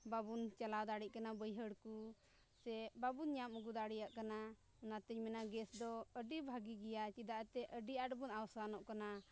ᱵᱟᱵᱚᱱ ᱪᱟᱞᱟᱣ ᱫᱟᱲᱮᱭᱟᱜ ᱠᱟᱱᱟ ᱵᱟᱹᱭᱦᱟᱹᱲ ᱠᱚ ᱥᱮ ᱵᱟᱵᱚᱱ ᱧᱟᱢ ᱟᱹᱜᱩ ᱫᱟᱲᱮᱭᱟᱜ ᱠᱟᱱᱟ ᱚᱱᱟᱛᱤᱧ ᱢᱮᱱᱟ ᱜᱮᱥ ᱫᱚ ᱟᱹᱰᱤ ᱵᱷᱟᱹᱜᱤ ᱜᱮᱭᱟ ᱪᱮᱫᱟᱜ ᱪᱮ ᱟᱹᱰᱤ ᱟᱸᱴ ᱵᱚᱱ ᱟᱣᱥᱟᱱᱚᱜ ᱠᱟᱱᱟ